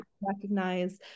recognize